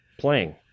playing